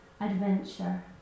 adventure